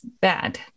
bad